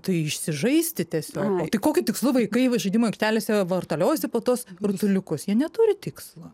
tai išsižaisti tiesiog nu tai kokiu tikslu vaikai žaidimų aikštelėse vartaliojasi po tuos rutuliukus jie neturi tikslo